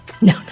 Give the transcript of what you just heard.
no